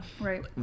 right